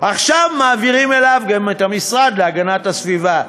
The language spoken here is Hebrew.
עכשיו מעבירים אליו את המשרד להגנת הסביבה.